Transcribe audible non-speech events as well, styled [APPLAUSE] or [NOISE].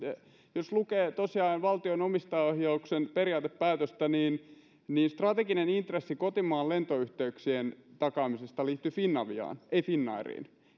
jos lukee tosiaan valtion omistajaohjauksen periaatepäätöstä niin strateginen intressi kotimaan lentoyhteyksien takaamisesta liittyy finaviaan ei finnairiin [UNINTELLIGIBLE]